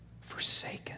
forsaken